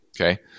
Okay